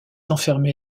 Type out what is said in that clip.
enfermé